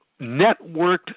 networked